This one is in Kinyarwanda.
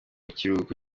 kiruhuko